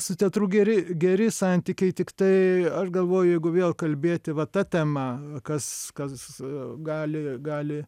su teatru geri geri santykiai tiktai aš galvoju jeigu vėl kalbėti va ta tema kas kas gali gali